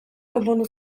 konpondu